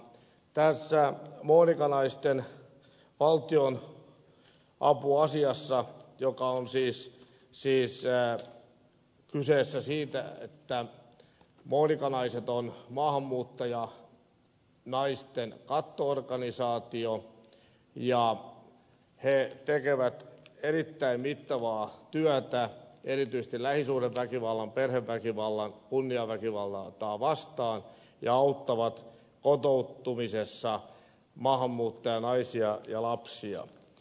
tässä monika naisten valtionapu asiassa on siis kyse siitä että monika naiset on maahanmuuttajanaisten katto organisaatio ja se tekee erittäin mittavaa työtä erityisesti lähisuhdeväkivaltaa perheväkivaltaa ja kunniaväkivaltaa vastaan ja auttaa kotoutumisessa maahanmuuttajanaisia ja lapsia